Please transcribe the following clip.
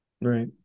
Right